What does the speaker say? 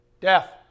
death